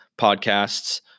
podcasts